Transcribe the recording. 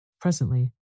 Presently